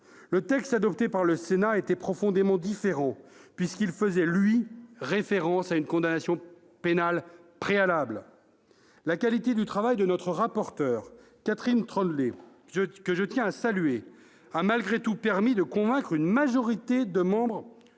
Le texte adopté par le Sénat était profondément différent puisqu'il faisait, lui, référence à une condamnation pénale préalable. Eh oui ! La qualité du travail de notre rapporteure, Catherine Troendlé, que je tiens à saluer, a malgré tout permis de convaincre une majorité de membres